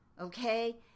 okay